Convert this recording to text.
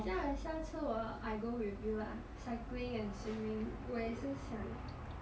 这样你下次我 I go with you lah cycling and swimming 我也是想